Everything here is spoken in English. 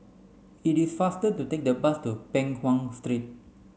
it is faster to take the bus to Peng Nguan Street